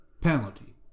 Penalty